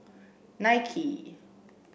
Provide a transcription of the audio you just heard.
Nike